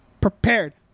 prepared